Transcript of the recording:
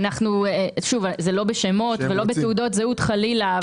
לא בשמות ולא בתעודות זהות חלילה,